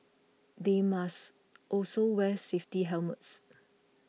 they must also wear safety helmets